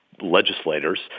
legislators